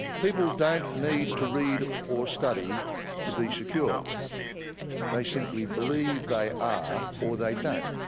people don't need to read or study to be secure they simply believe they are or they don't!